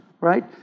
right